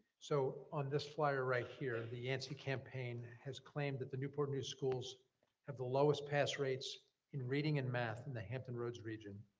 so, on this flyer right here the yancey campaign has claimed that the newport news schools have the lowest pass rates in reading and math in the hampton roads region,